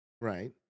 Right